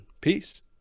Peace